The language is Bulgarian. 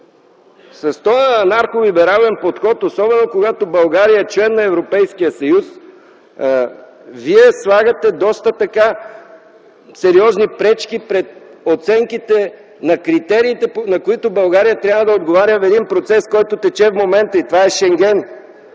С този анархо-либерален подход, особено когато България е член на Европейския съюз, вие слагате доста сериозни пречки пред оценките на критериите, на които България трябва да отговаря в един процес, който тече в момента и това е Шенген!